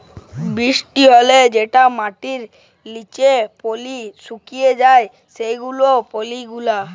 বৃষ্টি হ্যলে যেটা মাটির লিচে পালি সুকে যায় সেই পালি গুলা